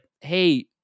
hey